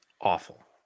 Awful